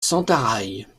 sentaraille